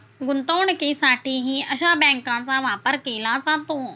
गुंतवणुकीसाठीही अशा बँकांचा वापर केला जातो